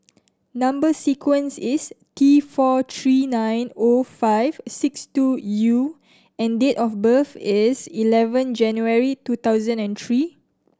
number sequence is T four three nine zero five six two U and date of birth is eleven January two thousand and three